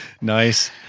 Nice